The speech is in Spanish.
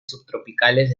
subtropicales